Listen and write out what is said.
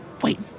Wait